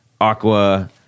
aqua